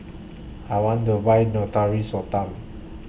I want to Buy Natura